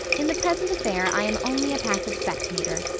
in the present affair i am only a passive spectator.